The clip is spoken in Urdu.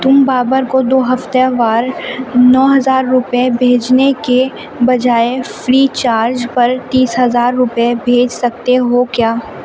تم بابر کو دو ہفتہ وار نو ہزار روپے بھیجنے کے بجائے فری چارج پر تیس ہزار روپے بھیج سکتے ہو کیا